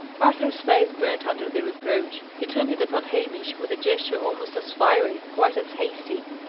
arthur's face burnt under the reproach. he turned it upon hamish, with a gesture almost as fiery, quite as hasty,